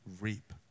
reap